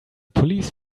police